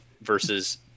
versus